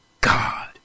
God